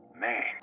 Man